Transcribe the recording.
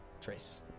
Trace